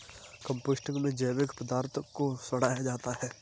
composting में जैविक पदार्थ को सड़ाया जाता है